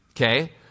Okay